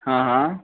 आं हां